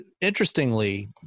interestingly